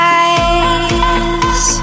eyes